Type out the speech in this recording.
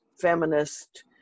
feminist